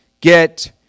get